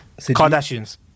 Kardashians